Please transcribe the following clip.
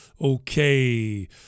Okay